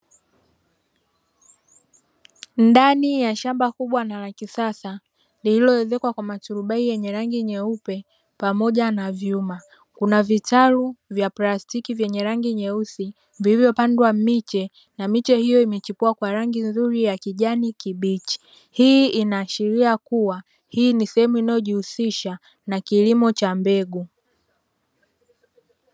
Ndani ya shamba kubwa na la kisasa, lililoezekwa kwa maturubai yenye rangi nyeupe pamoja na vyuma, kuna vitalu vya plastiki vyenye rangi nyeusi vilivyopandwa miche, na miche hiyo imechipua vizuri kwa rangi nzuri ya kijani kibichi. Hii inaashiria kuwa hii sehemu inayojihusisha na kilimo cha mbegu.